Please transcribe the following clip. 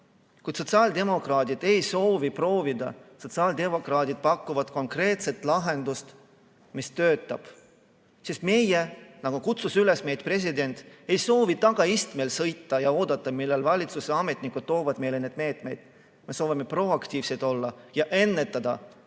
Kuid sotsiaaldemokraadid ei soovi proovida, sotsiaaldemokraadid pakuvad konkreetset lahendust, mis töötab. Sest meie, nagu kutsus üles meid president, ei soovi tagaistmel sõita ja oodata, millal valitsuse ametnikud toovad meile need meetmed. Me soovime proaktiivsed olla ja ennetada